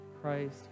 Christ